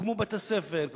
הוקמו בתי-ספר,